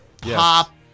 pop